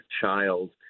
child